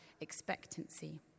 expectancy